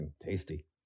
tasty